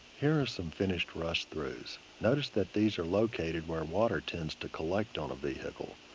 here are some finished rust-throughs. notice that these are located where water tends to collect on a vehicle.